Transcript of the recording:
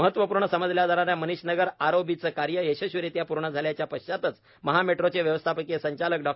महत्वपूर्ण समजल्या जाणाऱ्या मनीष नगर आरओबीचे कार्य यशस्वीरित्या पूर्ण झाल्याच्या पश्चात्तच महा मेट्रोचे व्यवस्थापकीय संचालक डॉ